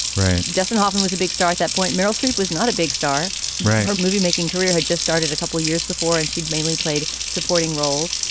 right. dustin hoffman was a big star at that point. meryl streep was not a big star or movie making career. had just started a couple of years before. and she'd mainly played supporting roles.